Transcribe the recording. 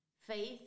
faith